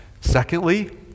Secondly